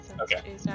okay